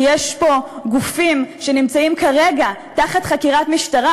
כי יש פה גופים שנמצאים כרגע תחת חקירת משטרה,